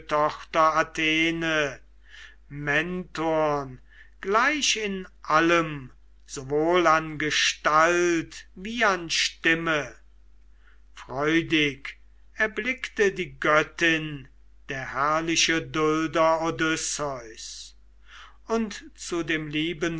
tochter athene mentorn gleich in allem sowohl an gestalt wie an stimme freudig erblickte die göttin der herrliche dulder odysseus und zu dem lieben